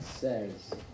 says